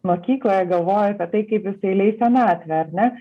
mokykloje galvoja apie tai kaip jisai leis senatvę ar ne